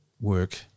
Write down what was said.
work